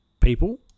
people